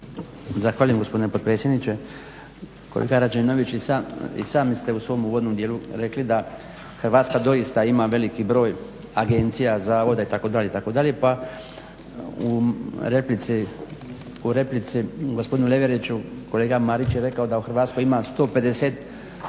Hrvatskoj ima 150